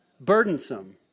Burdensome